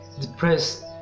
depressed